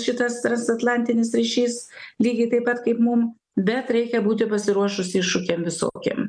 šitas transatlantinis ryšys lygiai taip pat kaip mum bet reikia būti pasiruošus iššūkiam visokiem